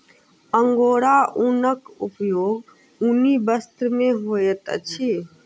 angora ऊनक उपयोग ऊनी वस्त्र में होइत अछि